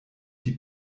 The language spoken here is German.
die